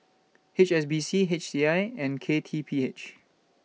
H S B C H C I and K T P H